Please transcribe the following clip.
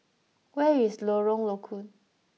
where is Lorong Low Koon